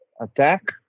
attack